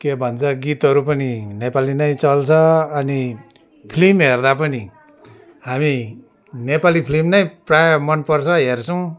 के भन्छ गीतहरू पनि नेपाली नै चल्छ अनि फिल्म हेर्दा पनि हामी नेपाली फिल्म नै प्रायः मनपर्छ हेर्छौँ